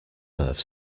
earth